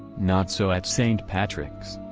not so at st. patrick's.